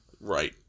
Right